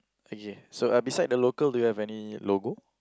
okay so uh beside the local do you have any logo